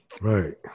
Right